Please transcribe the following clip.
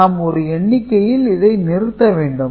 நாம் ஒரு எண்ணிக்கையில் இதை நிறுத்த வேண்டும்